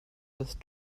with